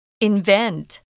Invent